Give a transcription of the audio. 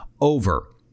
over